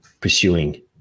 pursuing